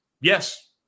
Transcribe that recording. Yes